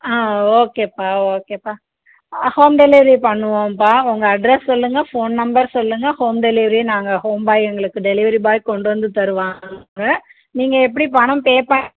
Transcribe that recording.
ஆ ஓகேப்பா ஓகேப்பா home delivery பண்ணுவோம்பா உங்கள் அட்ரெஸ் சொல்லுங்கள் ஃபோன் நம்பர் சொல்லுங்கள் ஹோம் டெலிவரியே நாங்கள் ஹோம் பாய் உங்களுக்கு டெலிவரி பாய் கொண்டு வந்து தருவாங்க நீங்கள் எப்படி பணம் பே ப